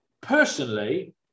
personally